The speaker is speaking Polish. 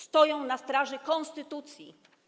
Stoją na straży konstytucji.